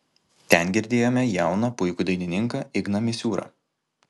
ten girdėjome jauną puikų dainininką igną misiūrą